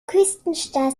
küstenstadt